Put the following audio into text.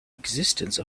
existence